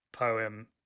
poem